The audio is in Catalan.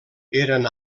eren